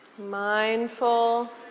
mindful